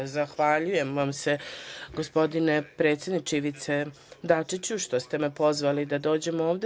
Zahvaljujem vas se gospodine predsedniče Ivice Dačiću što ste me pozvali da dođem ovde.